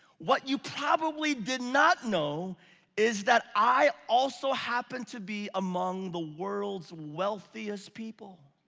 what you probably did not know is that i also happen to be among the world's wealthiest people.